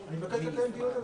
אני מבקש לקיים על זה דיון.